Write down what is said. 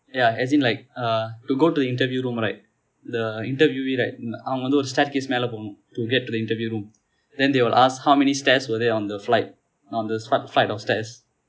ya as in like uh to go to interview room right the interviewee right அவங்க வந்து ஒரு:avanga vanthu oru staircase மேல போகனும்:mella poganum to get to the interview room then they will ask how many stairs were they on the flight on the last flight of stairs